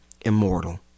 immortal